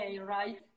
right